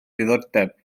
diddordeb